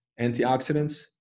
Antioxidants